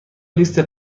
لیست